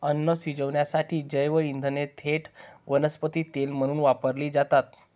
अन्न शिजवण्यासाठी जैवइंधने थेट वनस्पती तेल म्हणून वापरली जातात